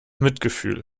mitgefühl